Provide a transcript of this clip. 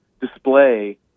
display